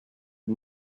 its